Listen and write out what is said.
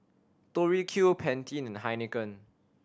Tori Q Pantene and Heinekein